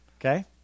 Okay